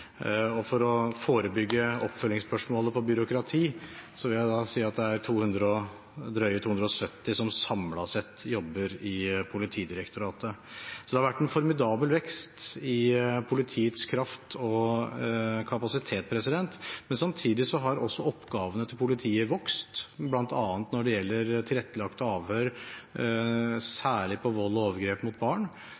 Og for å forebygge oppfølgingsspørsmålet om byråkrati vil jeg si at det er drøye 270 som samlet sett jobber i Politidirektoratet. Så det har vært en formidabel vekst i politiets kraft og kapasitet. Men samtidig har også oppgavene til politiet vokst. Blant annet når det gjelder tilrettelagt avhør,